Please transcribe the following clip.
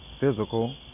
Physical